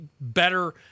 better